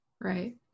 Right